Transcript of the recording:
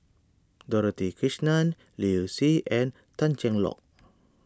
Dorothy Krishnan Liu Si and Tan Cheng Lock